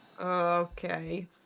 Okay